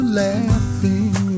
laughing